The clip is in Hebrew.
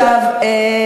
צחוק, טיעונים מופרכים.